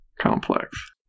complex